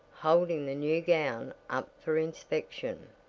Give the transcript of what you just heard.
holding the new gown up for inspection.